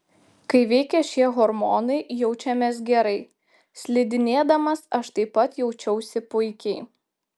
kai veikia šie hormonai jaučiamės gerai slidinėdamas aš taip pat jaučiausi puikiai